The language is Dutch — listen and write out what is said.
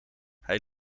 hij